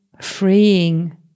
freeing